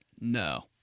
No